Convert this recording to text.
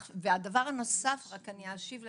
והדבר הנוסף, רק אני אשיב לכבודך,